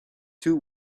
two